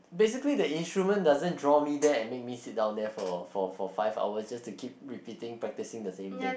basically the instrument doesn't draw me there and make me sit down there for for for five hours just to keep repeating practising the same thing